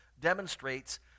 demonstrates